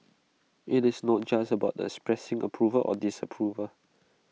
IT is not just about expressing approval or disapproval